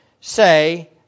say